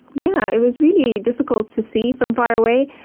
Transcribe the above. yeah, it was really difficult to see from far away.